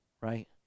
right